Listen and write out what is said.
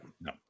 No